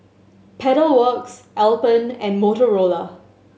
Pedal Works Alpen and Motorola